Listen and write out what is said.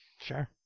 sure